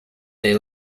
they